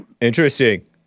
Interesting